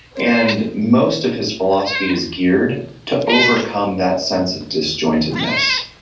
and most of his philosophy is geared to overcome that sense of disjointedness,